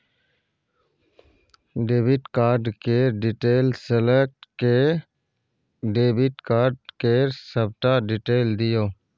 debit card केर detail select कए debit card केर सबटा डिटेल दियौ